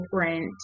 different